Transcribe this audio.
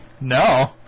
No